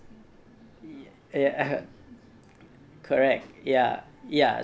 ya correct ya ya